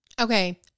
Okay